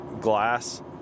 glass